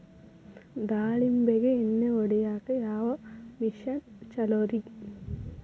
ದಾಳಿಂಬಿಗೆ ಎಣ್ಣಿ ಹೊಡಿಯಾಕ ಯಾವ ಮಿಷನ್ ಛಲೋರಿ?